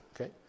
okay